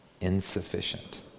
insufficient